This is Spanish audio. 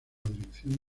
dirección